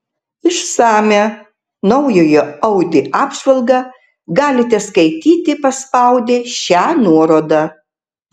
išsamią naujojo audi apžvalgą galite skaityti paspaudę šią nuorodą